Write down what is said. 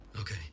Okay